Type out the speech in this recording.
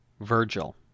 Virgil